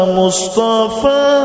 mustafa